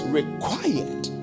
required